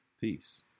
Peace